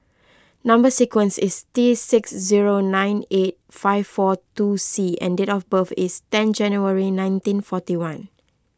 Number Sequence is T six zero nine eight five four two C and date of birth is ten January nineteen forty one